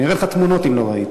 אני אראה לך תמונות אם לא ראית.